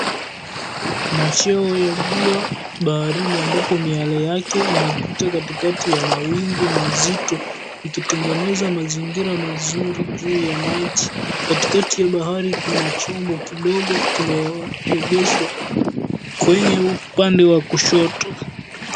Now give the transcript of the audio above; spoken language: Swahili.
Machweo ya jua baharini ambapo miale yake inapita katikati ya mawingu mazito ikitengeneza mazingira mazuri juu ya maji. Katikati ya bahari kuna chombo kidogo kimeegeshwa kwenye upande wa kushoto.